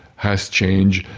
has changed.